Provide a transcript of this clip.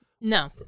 No